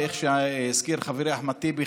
וכמו שהזכיר חברי אחמד טיבי,